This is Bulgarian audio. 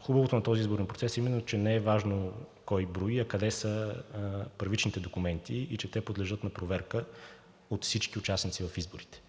Хубавото на този изборен процес именно е, че не е важно кой брои, а къде са първичните документи и че те подлежат на проверка от всички участници в изборите.